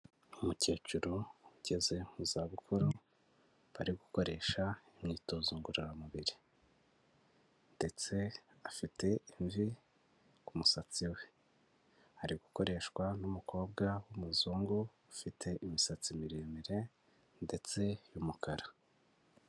Umukecuru ugeze mu zabukuru bari gukoresha imyitozo ngororamubiri ndetse afite imvi ku musatsi we, ari gukoreshwa n'umukobwa w'umuzungu ufite imisatsi miremire ndetse yumukara.